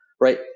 right